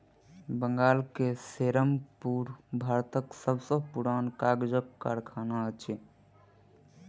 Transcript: बंगाल के सेरामपुर भारतक सब सॅ पुरान कागजक कारखाना अछि